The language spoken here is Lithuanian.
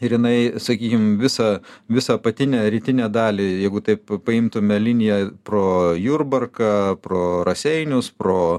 ir jinai sakykim visą visą apatinę rytinę dalį jeigu taip paimtume liniją pro jurbarką pro raseinius pro